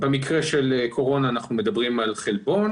במקרה של קורונה אנחנו מדברים על חלבון